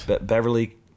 Beverly